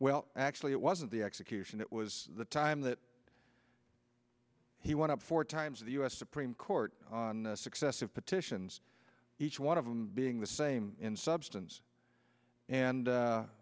well actually it wasn't the execution it was the time that he went up four times the u s supreme court on successive petitions each one of them being the same in substance and